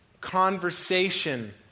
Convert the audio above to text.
conversation